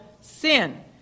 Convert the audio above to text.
sin